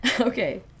Okay